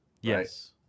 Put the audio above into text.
Yes